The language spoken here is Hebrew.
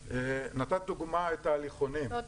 נתת דוגמה את ההליכונים --- לא,